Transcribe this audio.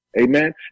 amen